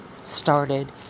started